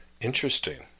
Interesting